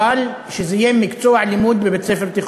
אבל שזה יהיה מקצוע לימוד בבית-ספר תיכון.